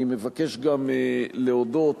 אני מבקש גם להודות